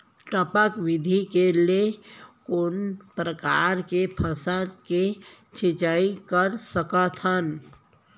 टपक विधि ले कोन परकार के फसल के सिंचाई कर सकत हन?